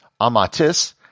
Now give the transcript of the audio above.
amatis